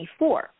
2024